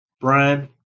Brian